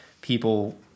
people